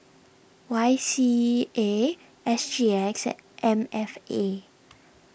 Y C A S G X and M F A